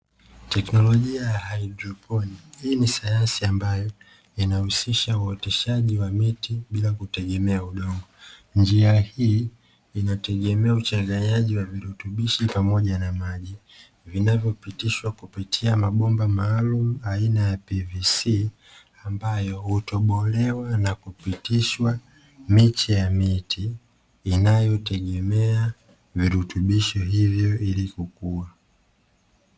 Teknolojia ya Hydroponi hii ni sayansi ambayo yanahusisha uoteshaji wa miti bila kutegemea udongo, njia hii inategemea uchanganyaji wa virutubishi pamoja na maji, vinavyopitishwa kupitia mabomba maalumu, ambayo hutobolewa na kupitishwa miche ya miti inayotegemea virutubisho hivyo ili kukua.